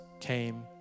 came